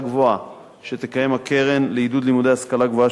גבוהה שתקיים הקרן לעידוד השכלה גבוהה,